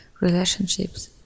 relationships